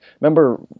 Remember